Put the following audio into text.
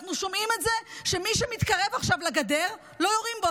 ואנחנו שומעים שמי שמתקרב עכשיו לגדר לא יורים בו,